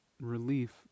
relief